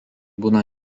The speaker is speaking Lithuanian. būna